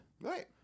Right